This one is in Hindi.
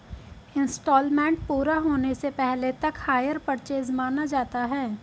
इन्सटॉलमेंट पूरा होने से पहले तक हायर परचेस माना जाता है